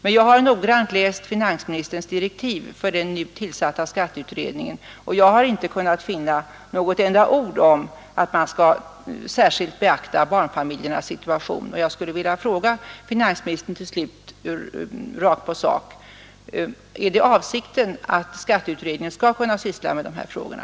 Men jag har noggrant läst finansministerns direktiv för den nu tillsatta skatteutredningen, och jag har inte kunnat finna något enda ord om att man skall särskilt beakta barnfamiljernas situation. Jag skulle till slut vilja fråga finansministern rakt på sak: Är det avsikten att skatteutredningen skall kunna syssla med de här frågorna?